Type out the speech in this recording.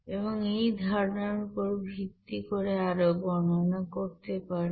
এবং এই ধারণার উপর ভিত্তি করে আরো গণনা করতে পারবে